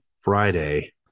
friday